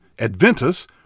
Adventus